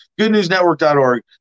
GoodNewsNetwork.org